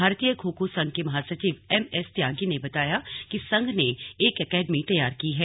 भारतीय खो खो संघ के महासचिव एमएस त्यागी ने बताया कि संघ ने एक एकेडमी तैयार की है